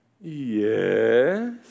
Yes